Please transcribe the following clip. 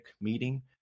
meeting